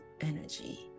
energy